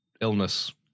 illness